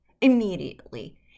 immediately